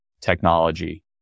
technology